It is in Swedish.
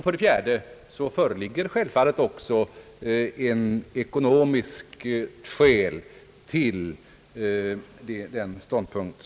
För det fjärde föreligger självfallet också ett ekonomiskt skäl för den intagna ståndpunkten.